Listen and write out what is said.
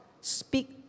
speak